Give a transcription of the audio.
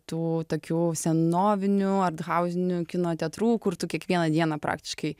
tų tokių senovinių arthauzinių kino teatrų kur tu kiekvieną dieną praktiškai